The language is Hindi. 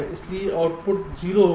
इसलिए आउटपुट 0 होगा